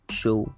show